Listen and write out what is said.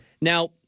Now